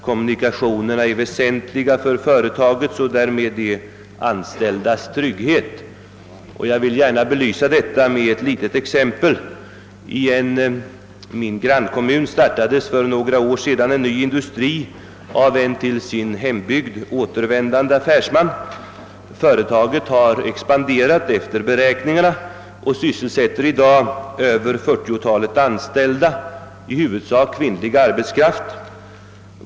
Kommunikationerna är väsentliga för företagens och därmed de anställdas trygghet. Jag vill gärna belysa detta med ett litet exempel. I en min grannkommun startades för några år sedan en ny industri av en till sin hembygd återvändande affärsman. Företaget har expanderat efter beräkningarna och sysselsätter i dag över 40-talet anställda, i huvudsak kvinnlig arbetskraft.